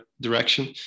direction